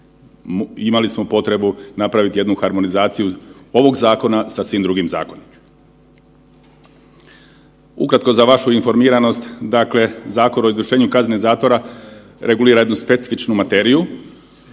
imali smo potrebu napraviti jednu harmonizaciju ovog zakona sa svim drugim zakonima. Ukratko za vašu informiranost, dakle Zakon o izvršenju kazne zatvora regulira jednu specifičnu materiju